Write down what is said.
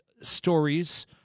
stories